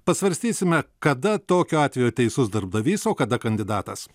pasvarstysime kada tokiu atveju teisus darbdavys o kada kandidatas